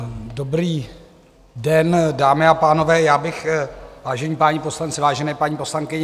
Dobrý den, dámy a pánové, vážení páni poslanci, vážené paní poslankyně.